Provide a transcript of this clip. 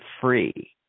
free